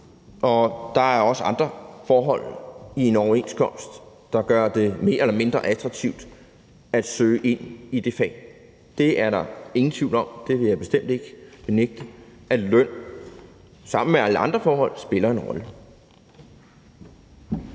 Og der er også andre forhold i en overenskomst, der gør det mere eller mindre attraktivt at søge ind i de fag. Det er der ingen tvivl om – det vil jeg bestemt ikke benægte, altså løn sammen med alle andre forhold spiller en rolle.